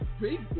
Big